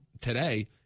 today